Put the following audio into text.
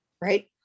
right